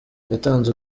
yatanze